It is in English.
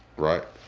right?